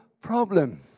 problem